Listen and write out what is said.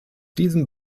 diesem